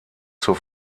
zur